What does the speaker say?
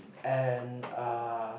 and uh